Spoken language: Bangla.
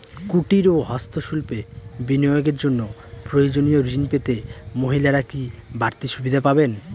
কুটীর ও হস্ত শিল্পে বিনিয়োগের জন্য প্রয়োজনীয় ঋণ পেতে মহিলারা কি বাড়তি সুবিধে পাবেন?